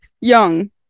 Young